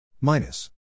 minus